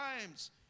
times